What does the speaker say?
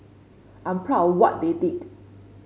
I'm proud what they did